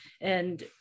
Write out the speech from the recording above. and-